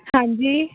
ਹਾਂਜੀ